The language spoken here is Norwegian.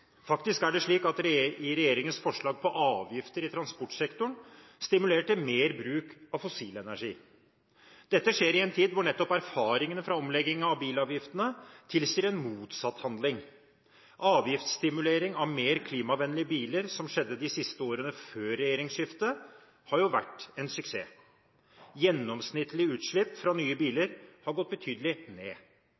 Faktisk er det slik at man i regjeringens forslag til avgifter i transportsektoren stimulerer til mer bruk av fossil energi. Dette skjer i en tid hvor nettopp erfaringene fra omlegging av bilavgiftene tilsier en motsatt handling. Avgiftsstimulering av mer klimavennlige biler, som skjedde de siste årene før regjeringsskiftet, har jo vært en suksess. Gjennomsnittlige utslipp fra nye biler